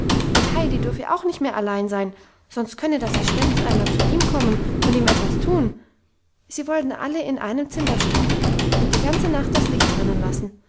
und heidi dürfe auch nicht mehr allein sein sonst könne das gespenst einmal zu ihm kommen und ihm etwas tun sie wollten alle in einem zimmer schlafen und die ganze nacht das licht brennen lassen